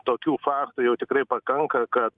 tokių faktų jau tikrai pakanka kad